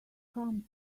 come